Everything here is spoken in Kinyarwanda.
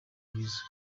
ntibizwi